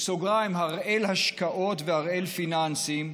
בסוגריים: הראל השקעות והראל פיננסים,